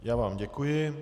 Já vám děkuji.